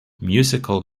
musical